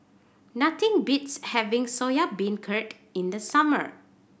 nothing beats having Soya Beancurd in the summer